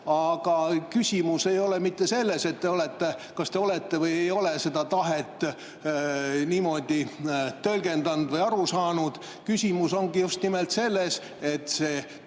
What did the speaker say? Aga küsimus ei ole mitte selles, kas te olete või ei ole seda tahet niimoodi tõlgendanud või aru saanud, küsimus ongi just nimelt selles, et see